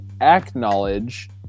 acknowledge